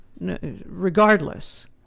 regardless